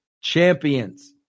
champions